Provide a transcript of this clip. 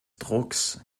drucks